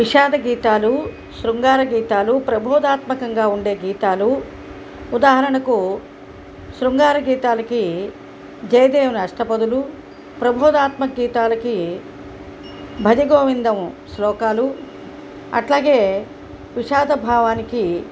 విషాద గీతాలు శృంగార గీతాలు ప్రబోధాత్మకంగా ఉండే గీతాలు ఉదాహరణకు శృంగార గీతాలకీ జయదేవన అష్టపదులు ప్రబోధాత్మక గీతాలకి భజగోవిందం శ్లోకాలు అట్లాగే విషాద భావానికి